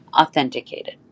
authenticated